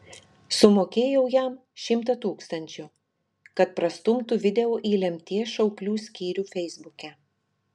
sumokėjau jam šimtą tūkstančių kad prastumtų video į lemties šauklių skyrių feisbuke